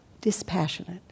dispassionate